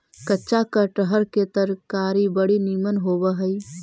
कच्चा कटहर के तरकारी बड़ी निमन होब हई